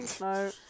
no